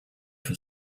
for